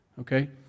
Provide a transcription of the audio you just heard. okay